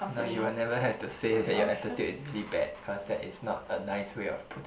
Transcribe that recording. no you will never have to say that your attitude is really bad cause that is not a nice way of putting